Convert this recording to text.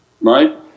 right